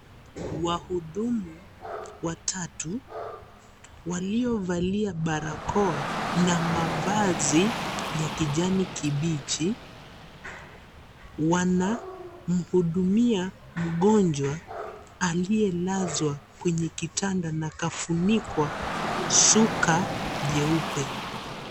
Wahudumu watatu, waliovalia barakoa na mavazi ya kijani kibichi, wanamhudumia mgonjwa aliyelazwa kwenye kitanda na akafunikwa shuka jeupe.